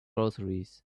groceries